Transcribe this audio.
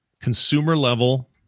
consumer-level